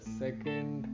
second